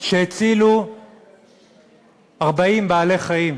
שהצילו 40 בעלי-חיים